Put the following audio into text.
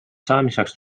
saamiseks